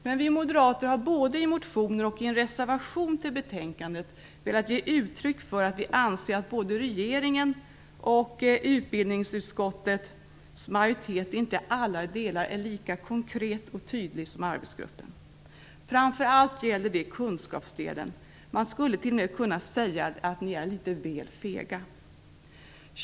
Men vi moderater har både i motioner och i en reservation till betänkandet velat ge uttryck för att vi anser att både regeringen och utbildningsutskottets majoritet inte i alla delar är lika konkreta och tydliga som arbetsgruppen. Framför allt gäller det kunskapsdelen. Man skulle t.o.m. kunna säga att ni är litet väl fega.